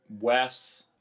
Wes